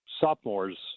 sophomores